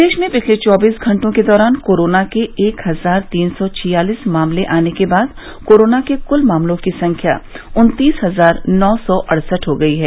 प्रदेश में पिछले चौबीस घंटों के दौरान कोरोना के एक हजार तीन सौ छियालीस मामले आने के बाद कोरोना के क्ल मामलों की संख्या उन्तीस हजार नौ सौ अड़सठ हो गई है